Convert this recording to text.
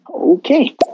Okay